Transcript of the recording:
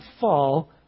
fall